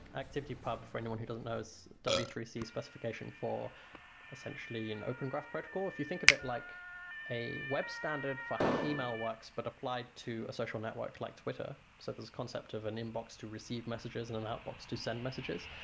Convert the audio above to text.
activity pub for anyone who doesn't know so w three c specification for essentially an open graph protocol. if you think of it like a web standard for how e-mail works, but applied to a social network like twitter, so this concept of an inbox to receive messages and an outbox to send messages,